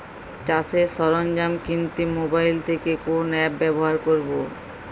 চাষের সরঞ্জাম কিনতে মোবাইল থেকে কোন অ্যাপ ব্যাবহার করব?